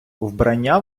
вбрання